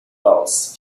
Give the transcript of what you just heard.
wells